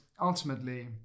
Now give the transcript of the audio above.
ultimately